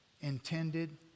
intended